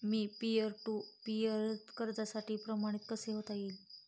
Me peer to peer कर्जासाठी प्रमाणित कसे होता येईल?